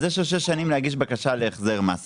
אז יש לו שש שנים להגיש בקשה להחזר מס.